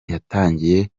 yatangiye